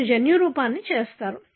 మీరు జన్యురూపం చేసారు